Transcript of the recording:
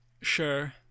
Sure